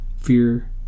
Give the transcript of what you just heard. fear